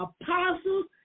apostles